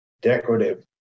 decorative